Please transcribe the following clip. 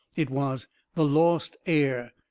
it was the lost heir.